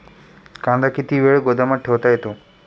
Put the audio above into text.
कांदा किती वेळ गोदामात ठेवता येतो?